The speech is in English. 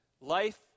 life